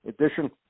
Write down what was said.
Edition